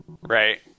right